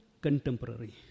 contemporary